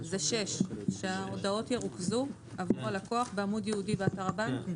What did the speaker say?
זו הסתייגות 6. שההודעות ירוכזו עבור הלקוח בעמוד ייעודי באתר הבנק?